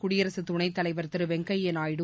குடியரசுத் துணைத் தலைவர் திரு வெங்கையா நாயுடு